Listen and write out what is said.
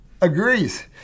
agrees